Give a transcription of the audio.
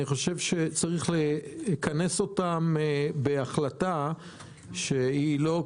אני חושב שצריך לכנס אותם בהחלטה שכמובן